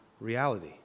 reality